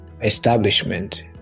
establishment